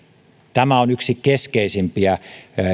tämä on yksi keskeisimpiä